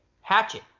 Hatchet